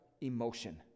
emotion